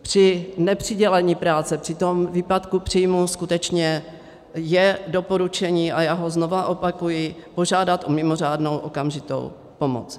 Při nepřidělení práce při výpadku příjmů skutečně je doporučení, a já ho znovu opakuji, požádat o mimořádnou okamžitou pomoc.